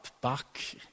back